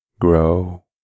grow